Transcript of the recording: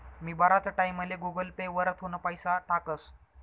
मी बराच टाईमले Google pay वरथून पैसा टाकस